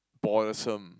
bothersome